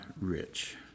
rich